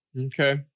Okay